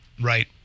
Right